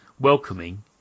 welcoming